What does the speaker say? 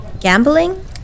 gambling